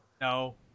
No